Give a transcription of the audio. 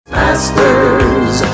masters